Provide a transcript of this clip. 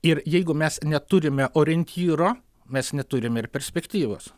ir jeigu mes neturime orientyro mes neturime ir perspektyvos